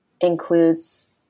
includes